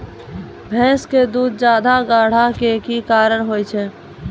भैंस के दूध ज्यादा गाढ़ा के कि कारण से होय छै?